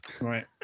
Right